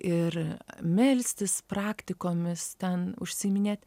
ir melstis praktikomis ten užsiiminėt